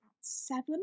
seven